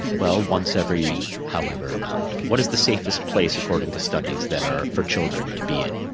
well, once every however amount. what is the safest place, according to studies, that are for children to be in?